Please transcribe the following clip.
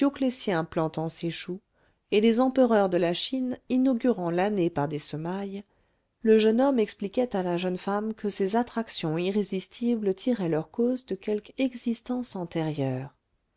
plantant ses choux et les empereurs de la chine inaugurant l'année par des semailles le jeune homme expliquait à la jeune femme que ces attractions irrésistibles tiraient leur cause de quelque existence antérieure